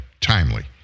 timely